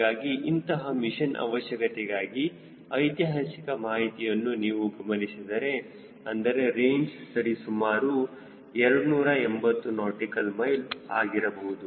ಹೀಗಾಗಿ ಇಂತಹ ಮಿಷನ್ ಅವಶ್ಯಕತೆಗಾಗಿ ಐತಿಹಾಸಿಕ ಮಾಹಿತಿಯನ್ನು ನೀವು ಗಮನಿಸಿದರೆ ಅಂದರೆ ರೇಂಜ್ ಸರಿಸುಮಾರು 280 ನಾಟಿಕಲ್ ಮೈಲ್ ಆಗಿರಬಹುದು